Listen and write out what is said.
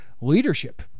Leadership